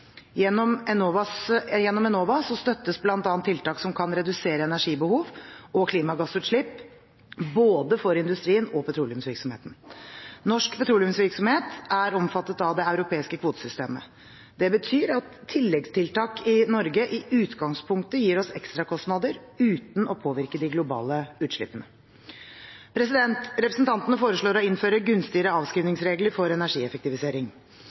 Gjennom Enova støttes bl.a. tiltak som kan redusere energibehov og klimagassutslipp både for industrien og petroleumsvirksomheten. Norsk petroleumsvirksomhet er omfattet av det europeiske kvotesystemet. Det betyr at tilleggstiltak i Norge i utgangspunktet gir oss ekstrakostnader uten å påvirke de globale utslippene. Representantene foreslår å innføre gunstigere avskrivningsregler for energieffektivisering.